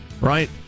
Right